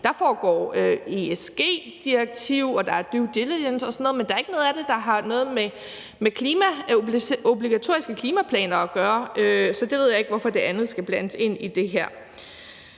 Der foregår ESG-direktiv og due diligence og sådan noget, men der er ikke noget af det, der har noget med obligatoriske klimaplaner at gøre. Så jeg ved ikke, hvorfor det andet skal blandes ind i det her.